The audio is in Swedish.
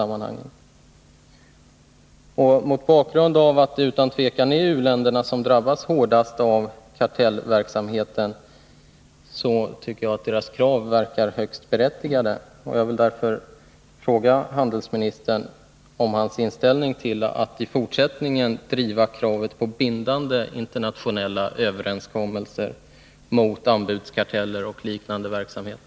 Mot bakgrund av att det utan tvivel är u-länderna som drabbas hårdast av kartellverksamheten tycker jag att deras krav verkar högst berättigade. Jag vill därför fråga handelsministern om hans inställning till att i fortsättningen driva kravet på bindande internationella överenskommelser mot anbudskarteller och liknande verksamhet.